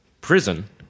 prison